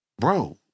Bro